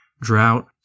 drought